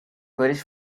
british